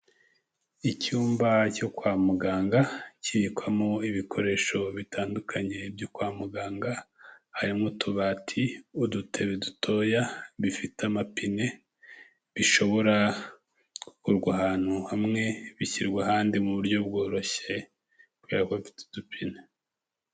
Icyumba cyo kwa muganga kibikwamo ibikoresho bitandukanye byo kwa muganga harimo utubati, udutebe dutoya bifite amapine bishobora kugurwa ahantu hamwe bishyirwa ahandi mu buryo bworoshye kubera ko bifite udupine.